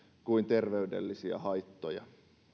kuin terveydellisiä haittoja